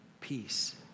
peace